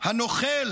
הנוכל